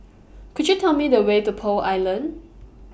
Could YOU Tell Me The Way to Pearl Island